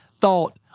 thought